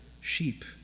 sheep